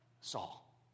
Saul